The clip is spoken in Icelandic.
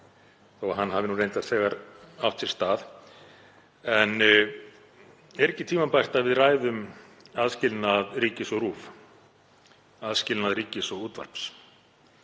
þótt hann hafi reyndar þegar átt sér stað. En er ekki tímabært að við ræðum aðskilnað ríkis og RÚV, aðskilnað ríkis og útvarps?